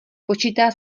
počítá